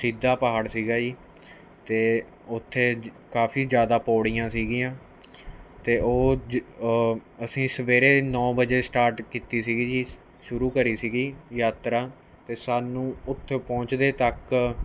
ਸਿੱਧਾ ਪਹਾੜ ਸੀ ਜੀ ਅਤੇ ਉੱਥੇ ਕਾਫ਼ੀ ਜ਼ਿਆਦਾ ਪੌੜੀਆਂ ਸੀਗੀਆਂ ਅਤੇ ਉਹ ਅਸੀਂ ਸਵੇਰੇ ਨੌਂ ਵਜੇ ਸਟਾਰਟ ਕੀਤੀ ਸੀ ਜੀ ਸ਼ੁਰੂ ਕਰੀ ਸੀ ਯਾਤਰਾ ਅਤੇ ਸਾਨੂੰ ਉੱਥੇ ਪਹੁੰਚਦੇ ਤੱਕ